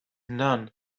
none